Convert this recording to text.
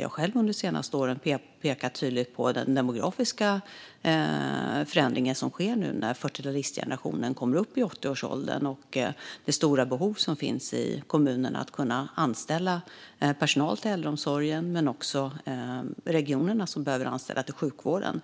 jag själv har under de senaste åren tydligt pekat på den demografiska förändring som sker nu när fyrtiotalistgenerationen kommer upp i 80-årsåldern och på det stora behov som finns i kommunerna att kunna anställa personal till äldreomsorgen. Även regionerna behöver anställa personal till sjukvården.